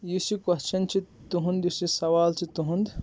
یُس یہِ کوسچٮ۪ن چھُ تُہُنٛد یُس یہِ سَوال چھُ تُہُنٛد